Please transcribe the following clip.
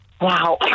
Wow